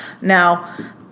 Now